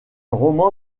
roman